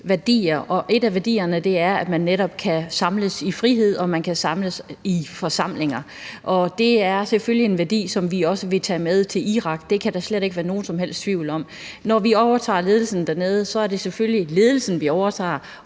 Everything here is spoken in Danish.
værdier. Og en af værdierne er, at man netop kan samles i frihed, og man kan samles i forsamlinger. Det er selvfølgelig en værdi, som vi også vil tage med til Irak. Det kan der slet ikke være nogen som helst tvivl om. Når vi overtager ledelsen dernede, er det selvfølgelig ledelsen, vi overtager.